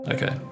Okay